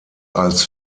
als